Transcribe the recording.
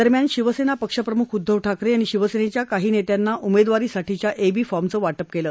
दरम्यान शिवसेना पक्षप्रमुख उद्धव ठाकरे यांनी शिवसेनेच्या काही नेत्यांना उमेदवारीसाठीच्या एबी फॉर्मचं वाटप केलं